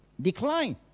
decline